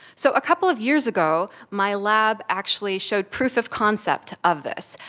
so a couple of years ago my lab actually showed proof of concept of this.